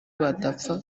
badapfa